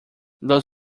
los